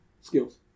skills